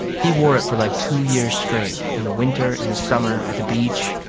he wore it for like two years straight, in the winter, in the summer, at the beach.